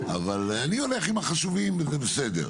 אבל אני הולך עם החשובים וזה בסדר.